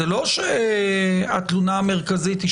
זו לא התלונה המרכזית.